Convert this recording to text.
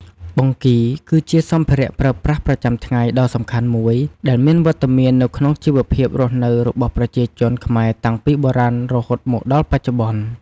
បង្គីគឺជាសម្ភារៈប្រើប្រាស់ប្រចាំថ្ងៃដ៏សំខាន់មួយ ដែលមានវត្តមានក្នុងជីវភាពរស់នៅរបស់ប្រជាជនខ្មែរតាំងពីបុរាណរហូតមកដល់បច្ចុប្បន្ន។